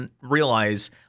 realize